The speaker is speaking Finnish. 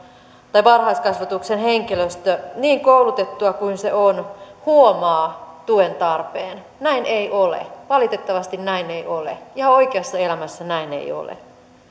varhaiskasvatuksen henkilöstö niin koulutettua kuin se on huomaa tuen tarpeen näin ei ole valitettavasti näin ei ole ihan oikeassa elämässä näin ei ole